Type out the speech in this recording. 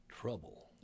trouble